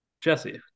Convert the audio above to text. Jesse